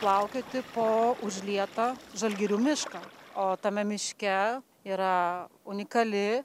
plaukioti po užlietą žalgirių mišką o tame miške yra unikali